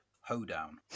hoedown